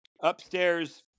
upstairs